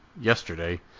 yesterday